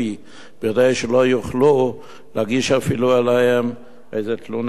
כדי שלא יוכלו אפילו להגיש עליהם איזה תלונה משטרתית,